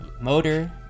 motor